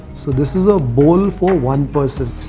so this is a bowl for one person.